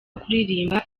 kuririmba